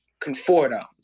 Conforto